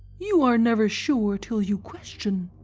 you are never sure till you question!